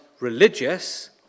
religious